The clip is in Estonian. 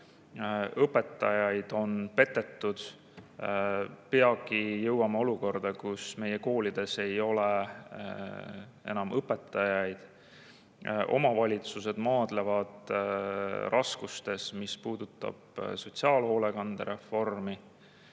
õpetajaid on petetud, peagi jõuame olukorda, kus meie koolides ei ole enam õpetajaid, omavalitsused maadlevad raskustes, mis puudutab sotsiaalhoolekandereformi